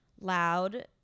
loud